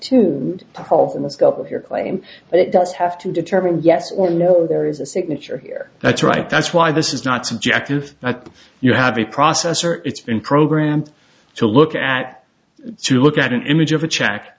pulp in the scope of your claim but it does have to determine yes or no there is a signature here that's right that's why this is not subjective you have a processor it's been programmed to look at to look at an image of a check